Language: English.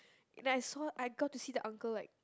and I saw I got to see the uncle like